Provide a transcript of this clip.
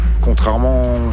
contrairement